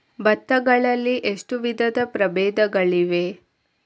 ಭತ್ತ ಗಳಲ್ಲಿ ಎಷ್ಟು ವಿಧದ ಪ್ರಬೇಧಗಳಿವೆ?